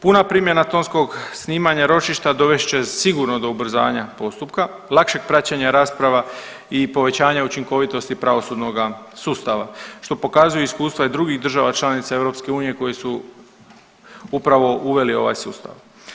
Puna primjena tonskog snimanja ročišta dovest će sigurno do ubrzanja postupka, lakšeg praćenja rasprava i povećanja učinkovitosti pravosudnoga sustava, što pokazuju iskustva i drugih država članica EU koji su upravo uveli ovaj sustav.